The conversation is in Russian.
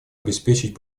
обеспечить